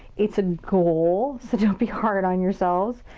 it's a goal, so don't be hard on yourselves.